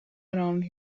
around